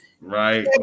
Right